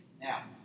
Now